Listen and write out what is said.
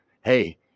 Hey